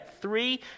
three